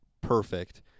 perfect